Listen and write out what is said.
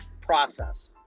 process